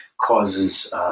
causes